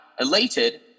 Elated